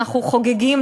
ואנחנו חוגגים,